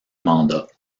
mandat